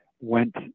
went